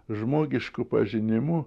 žmogišku pažinimu